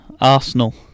Arsenal